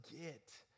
get